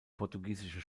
portugiesische